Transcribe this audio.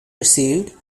received